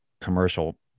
commercial